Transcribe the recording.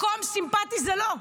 מקום סימפתי זה לא.